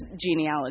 genealogy